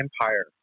empire